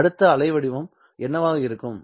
அடுத்த அலைவடிவம் என்னவாக இருக்க வேண்டும்